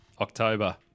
October